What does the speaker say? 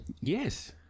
Yes